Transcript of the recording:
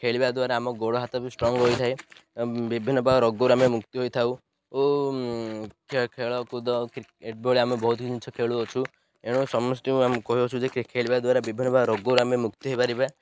ଖେଳିବା ଦ୍ୱାରା ଆମ ଗୋଡ଼ ହାତ ବି ଷ୍ଟ୍ରଙ୍ଗ ହୋଇଥାଏ ବିଭିନ୍ନ ପ୍ରକାର ରୋଗରୁ ଆମେ ମୁକ୍ତି ହୋଇଥାଉ ଓ ଖେଳ କୁଦ କ୍ରିକେଟ୍ ଭଳି ଆମେ ବହୁତ ଜିନିଷ ଖେଳୁଅଛୁ ଏଣୁ ସମସ୍ତଙ୍କୁ ଆମେ କହିଅଛୁ ଯେ ଖେଳିବା ଦ୍ୱାରା ବିଭିନ୍ନ ପ୍ରକାର ରୋଗରୁ ଆମେ ମୁକ୍ତି ହେଇପାରିବା